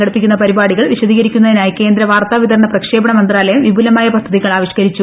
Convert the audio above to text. സംഘടിപ്പിക്കുന്ന പരിപാടികൾ വിശദീകരിക്കുന്നതിനായി കേന്ദ്ര വാർത്ത വിതരണ പ്രക്ഷേപണ മന്ത്രാലയം വിപുലമായ പദ്ധതികൾ ആവിഷ്കരിച്ചു